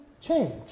change